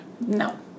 No